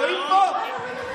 היועץ.